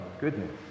goodness